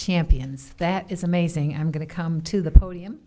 champions that is amazing i'm going to come to the podium